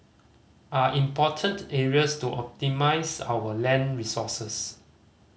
are important areas to optimise our land resources